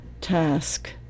task